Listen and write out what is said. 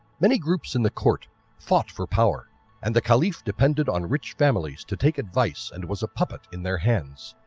many groups in the court fought for power and the caliph depended on rich families to take advice and was a puppet in their hands.